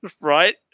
Right